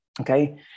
Okay